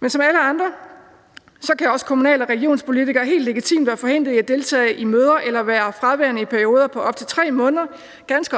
Men som alle andre kan også kommunal- og regionspolitikere helt legitimt være forhindret i at deltage i møder eller være fraværende i perioder på op til 3 måneder, ganske